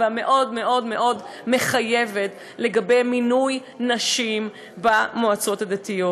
והמאוד-מאוד-מאוד מחייבת לגבי מינוי נשים במועצות הדתיות.